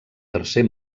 tercer